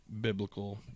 biblical